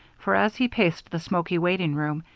for as he paced the smoky waiting room,